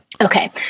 Okay